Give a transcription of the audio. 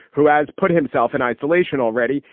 who has put himself in isolation already.